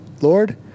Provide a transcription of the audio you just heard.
Lord